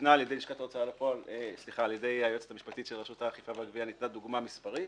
ניתנה על ידי היועצת המשפטית של רשות האכיפה והגבייה דוגמה מספרית: